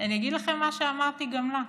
אני אגיד לכם מה שאמרתי גם לה: